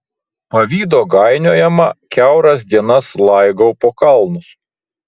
pavydo gainiojama kiauras dienas laigau po kalnus